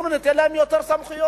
אלא ניתן להם יותר סמכויות.